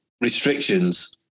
restrictions